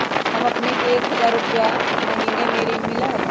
हां अपने के एक हजार रु महीने में ऋण मिलहई?